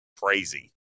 Crazy